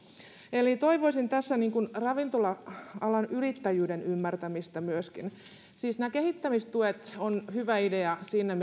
eli toivoisin tässä ravintola alan yrittäjyyden ymmärtämistä myöskin siis nämä kehittämistuet ovat hyvä idea siinä